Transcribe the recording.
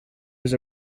was